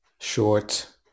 short